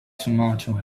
tomato